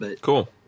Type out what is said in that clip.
Cool